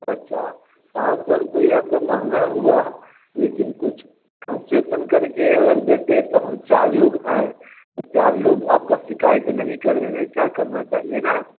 अच्छा पाँच सौ रुपये तो महंगा हुआ है लेकिन कुछ कंसेशन कर के अगर दे दें तो हम चार लोग हैं चार लोग आपकी शिकायत नहीं करें ऐसा करना चाहिए ना